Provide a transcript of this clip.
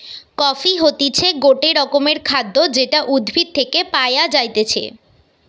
coffee হতিছে গটে রকমের খাদ্য যেটা উদ্ভিদ থেকে পায়া যাইতেছে